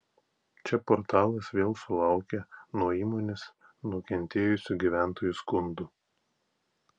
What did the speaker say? čia portalas vėl sulaukė nuo įmonės nukentėjusių gyventojų skundų